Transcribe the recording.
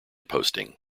posting